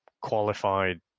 qualified